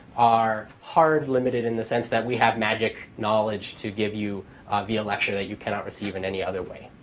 are hard limited in the sense that we have magic knowledge to give you via lecture that you cannot receive in any other way.